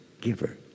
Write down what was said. giver